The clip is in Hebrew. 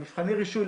מבחני רישוי,